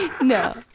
No